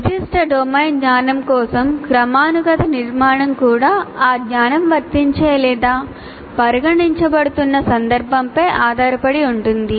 నిర్దిష్ట డొమైన్ జ్ఞానం కోసం క్రమానుగత నిర్మాణం కూడా ఆ జ్ఞానం వర్తించే లేదా పరిగణించబడుతున్న సందర్భంపై ఆధారపడి ఉంటుంది